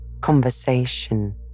conversation